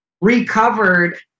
recovered